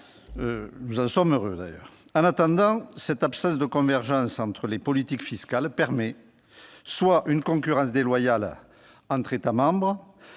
dont nous nous félicitons. En attendant, cette absence de convergence entre les politiques fiscales permet soit une concurrence déloyale entre les États membres,